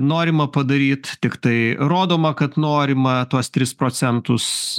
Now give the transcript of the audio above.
norima padaryt tiktai rodoma kad norima tuos tris procentus